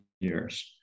years